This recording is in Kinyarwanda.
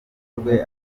rwe